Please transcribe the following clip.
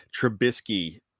Trubisky